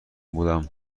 بوده